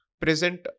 present